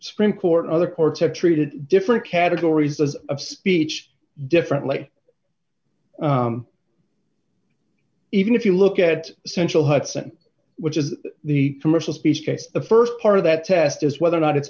supreme court other portent treated different categories of speech differently even if you look at central hutson which is the commercial speech case the st part of that test is whether or not it's